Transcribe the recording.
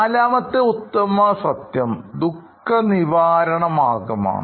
നാലാമത്തെ ഉത്തമ സത്യം ദുഃഖനിവാരണ മാർഗ്ഗമാണ്